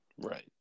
Right